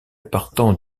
partant